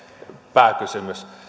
pääkysymys